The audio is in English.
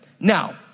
Now